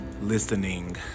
listening